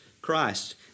Christ